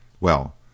Well